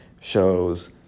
shows